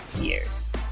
years